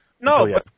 No